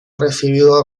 recibido